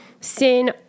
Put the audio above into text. Sin